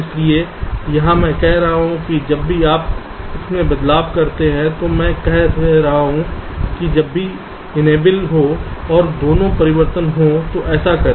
इसलिए यहां मैं कह रहा हूं कि जब भी आप इसमें बदलाव करते हैं तो मैं यहां कह रहा हूं कि जब भी इनेबल हो और दोनों में परिवर्तन हो तो ऐसा करें